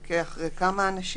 שאפשר לחטא אחרי כמה אנשים,